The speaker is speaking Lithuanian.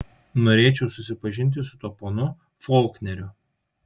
norėčiau susipažinti su tuo ponu folkneriu